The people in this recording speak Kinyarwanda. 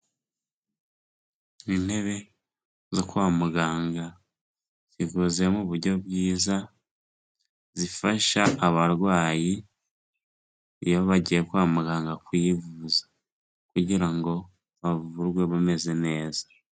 Intebe zo kwa muganga, zikoze mu buryo bwiza, zifasha abarwayi iyo bagiye kwa muganga kwivuza kugira ngo bavurwe bameze neza.